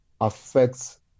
affects